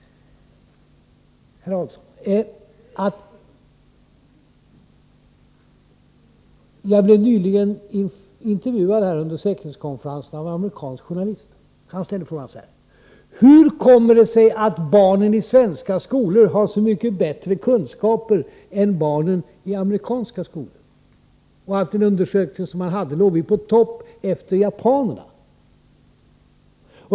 Jag blev nyligen intervjuad, under säkerhetskonferensen, av en amerikansk journalist. Han ställde en fråga: Hur kommer det sig att barnen i svenska skolor har så mycket bättre kunskaper än barn i amerikanska skolor? Enligt en undersökning som han hade låg vi på topp, efter japanerna.